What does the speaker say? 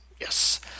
Yes